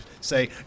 say